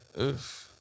Oof